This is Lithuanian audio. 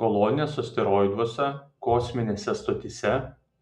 kolonijos asteroiduose kosminėse stotyse